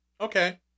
Okay